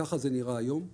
ככה זה נראה היום.